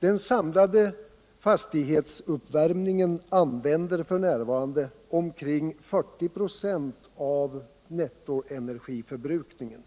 Den samlade fastighetsuppvärmningen använder f.n. omkring 40 "5 av nettoenergiförbrukningen.